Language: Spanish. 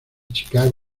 chicago